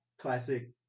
classic